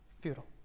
futile